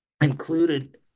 included